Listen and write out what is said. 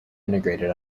integrated